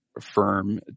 firm